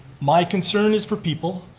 my concern is for people,